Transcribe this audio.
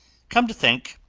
come to think,